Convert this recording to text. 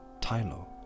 Tylo